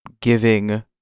giving